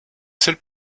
seules